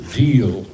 deal